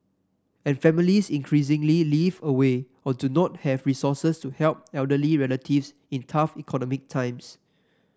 and families increasingly live away or do not have resources to help elderly relatives in tough economic times